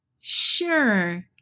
Sure